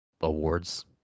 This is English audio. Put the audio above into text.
awards